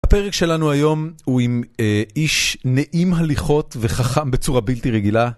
הפרק שלנו היום הוא עם איש נעים הליכות וחכם בצורה בלתי רגילה.